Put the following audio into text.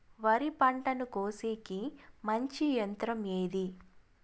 వరి పంటను కోసేకి మంచి యంత్రం ఏది?